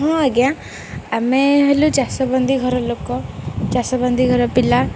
ହଁ ଆଜ୍ଞା ଆମେ ହେଲୁ ଚାଷବନ୍ଦି ଘର ଲୋକ ଚାଷବନ୍ଦି ଘର ପିଲା